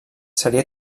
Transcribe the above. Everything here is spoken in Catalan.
seria